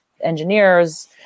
engineers